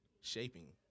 shaping